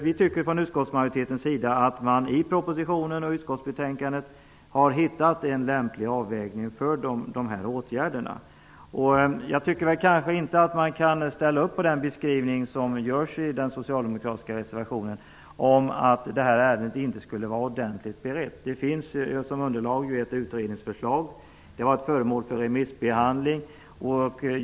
Vi från utskottsmajoriteten tycker att man i propositionen och utskottsbetänkandet har gjort en lämplig avvägning när det gäller dessa åtgärder. Jag kan inte ställa upp på den beskrivning som görs i den socialdemokratiska reservationen om att ärendet inte skulle vara tillräckligt berett. Som underlag finns ett utredningsförslag. Ärendet har varit föremål för remissbehandling.